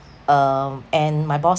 uh and my boss